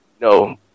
No